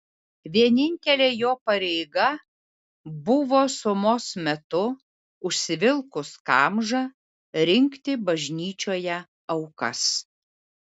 vienintelė jo pareiga buvo sumos metu užsivilkus kamžą rinkti bažnyčioje aukas